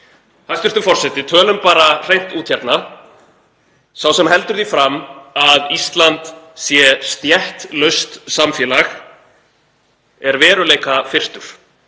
Hæstv. forseti. Tölum bara hreint út hérna. Sá sem heldur því fram að Ísland sé stéttlaust samfélag er veruleikafirrtur,